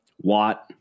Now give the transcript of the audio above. Watt